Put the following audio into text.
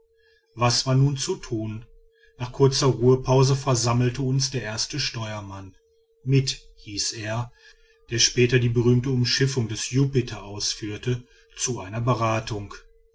was war nun zu tun nach kurzer ruhepause versammelte uns der erste steuermann mitt hieß er der später die berühmte umschiffung des jupiter ausführte zu einer beratung